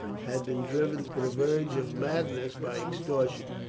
had been driven to the verge of madness by extortion.